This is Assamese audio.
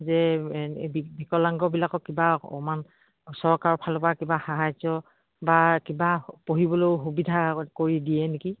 যে বিকলাংগবিলাকক কিবা অকমান চৰকাৰৰ ফালৰ পৰা কিবা সাহাৰ্য বা কিবা পঢ়িবলৈও সুবিধা কৰি দিয়ে নেকি